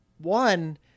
One